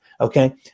Okay